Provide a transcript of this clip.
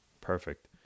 Perfect